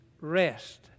rest